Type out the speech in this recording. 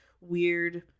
weird